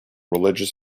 religious